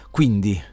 Quindi